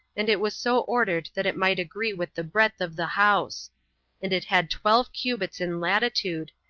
and it was so ordered that it might agree with the breadth of the house and it had twelve cubits in latitude,